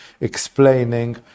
explaining